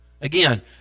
Again